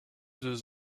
deux